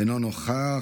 אינה נוכחת,